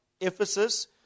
Ephesus